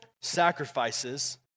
sacrifices